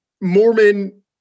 Mormon